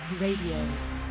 Radio